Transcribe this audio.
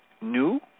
new